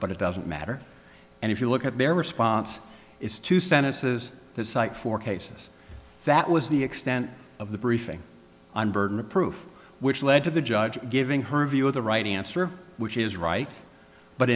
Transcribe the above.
but it doesn't matter and if you look at their response is two sentences that cite for cases that was the extent of the briefing on burden of proof which led to the judge giving her view of the right answer which is right but